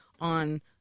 on